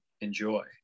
enjoy